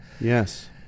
Yes